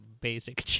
basic